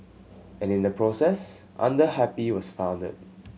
and in the process Under Happy was founded